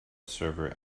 server